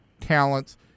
talents